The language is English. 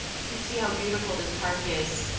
can see how beautiful this park is.